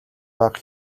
бага